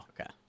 Okay